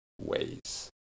ways